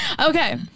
Okay